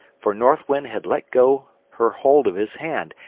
for north wind had let go her hold of his hand,